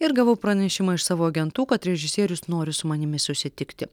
ir gavau pranešimą iš savo agentų kad režisierius nori su manimi susitikti